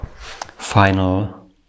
final